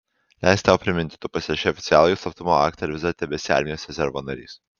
leisk tau priminti tu pasirašei oficialųjį slaptumo aktą ir vis dar tebesi armijos rezervo narys